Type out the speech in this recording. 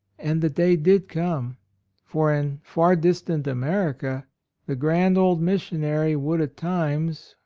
and the day did come for in far distant america the grand old missionary would at times,